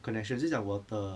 connection 就是讲我的